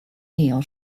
neil